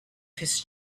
his